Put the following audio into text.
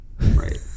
Right